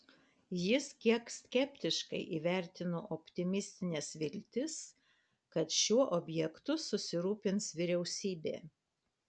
jis kiek skeptiškai įvertino optimistines viltis kad šiuo objektu susirūpins vyriausybė